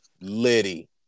Liddy